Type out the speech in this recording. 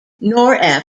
nor